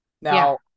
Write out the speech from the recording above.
Now